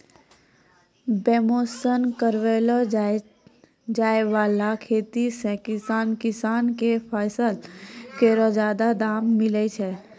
बेमौसम करलो जाय वाला खेती सें किसान किसान क फसल केरो जादा दाम मिलै छै